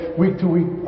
week-to-week